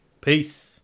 Peace